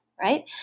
right